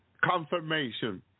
Confirmation